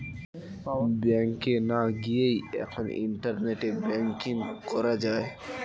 ব্যাংকে না গিয়েই এখন ইন্টারনেটে ব্যাঙ্কিং করা যায়